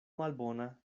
malbona